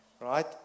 right